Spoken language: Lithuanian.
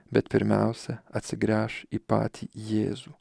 bet pirmiausia atsigręš į patį jėzų